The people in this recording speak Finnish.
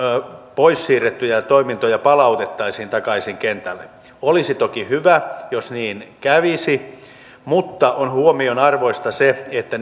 pois siirrettyjä toimintoja palautettaisiin takaisin kentälle olisi toki hyvä jos niin kävisi mutta on huomionarvoista se että